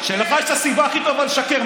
כשלך יש את הסיבה הכי טובה לשקר.